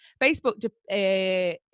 Facebook